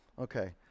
Okay